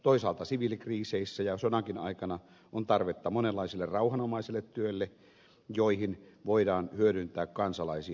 toisaalta siviilikriiseissä ja sodankin aikana on tarvetta monenlaiselle rauhanomaiselle työlle jossa voidaan hyödyntää kansalaisia